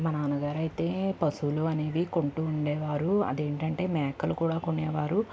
మా నాన్నగారైతే పశువులు అనేవి కొంటూ ఉండేవారు అదేంటంటే మేకలు కూడ కొనేవారు